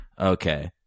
okay